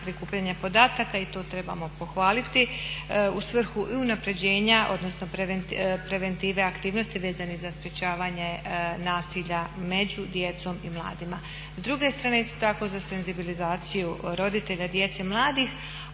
prikupljanja podataka i to trebamo pohvaliti u svrhu unapređenja odnosno preventive aktivnosti vezane za sprečavanje nasilja među djecom i mladima. S druge strane isto tako za senzibilizaciju roditelja, djece, mladih,